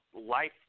life